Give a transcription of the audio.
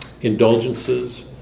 indulgences